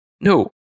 No